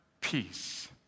peace